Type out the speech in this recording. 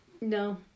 No